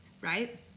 right